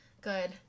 good